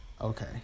Okay